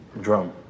Drum